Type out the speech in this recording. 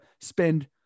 spend